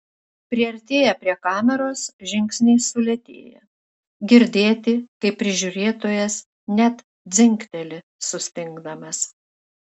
priartėję prie kameros žingsniai sulėtėja girdėti kaip prižiūrėtojas net dzingteli sustingdamas